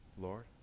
Lord